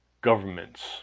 governments